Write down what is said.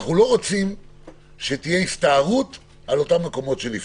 אנו לא רוצים שתהיה הסתערות על המקומות שנפתחו.